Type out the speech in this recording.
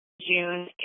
June